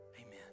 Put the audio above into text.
Amen